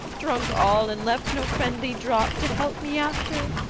drink all, and left no friendly drop to help me after